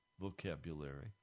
vocabulary